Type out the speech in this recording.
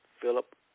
Philip